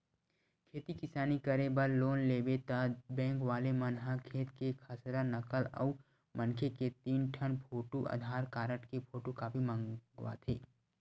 खेती किसानी करे बर लोन लेबे त बेंक वाले मन ह खेत के खसरा, नकल अउ मनखे के तीन ठन फोटू, आधार कारड के फोटूकापी मंगवाथे